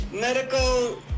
medical